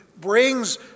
brings